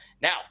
Now